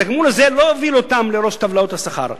התגמול הזה לא הוביל אותם לראש טבלאות השכר,